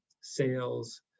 sales